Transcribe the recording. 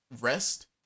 rest